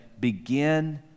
begin